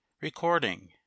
Recording